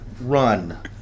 run